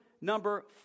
number